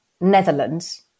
Netherlands